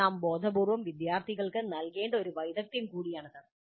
നാം ബോധപൂർവ്വം വിദ്യാർത്ഥികൾക്ക് നൽകേണ്ട ഒരു വൈദഗ്ദ്ധ്യം കൂടിയാണിത്